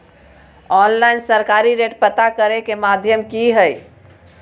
Online सरकारी rate पता करे के माध्यम की हय?